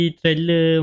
trailer